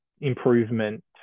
improvement